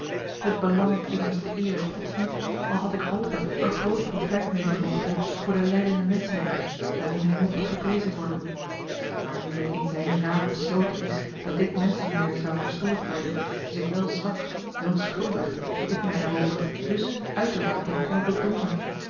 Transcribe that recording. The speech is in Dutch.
het belangt immers de eere gods niet al had ik hope er groot profijt mede te wrochten voor de lijdende menschheid daarin hij mochte geprezen worden maar nu het in zijn raad besloten is dat dit menschenwerk zou verstoord worden is het wel zwak wel schuldig dat ik mij daarover dus uitermate heb konnen bedroeven